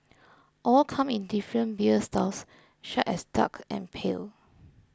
all come in different beer styles such as dark and pale